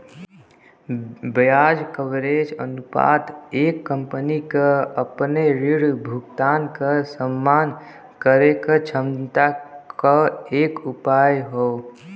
ब्याज कवरेज अनुपात एक कंपनी क अपने ऋण भुगतान क सम्मान करे क क्षमता क एक उपाय हौ